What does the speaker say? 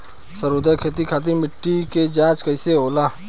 सर्वोत्तम खेती खातिर मिट्टी के जाँच कईसे होला?